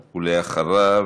אחריו,